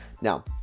Now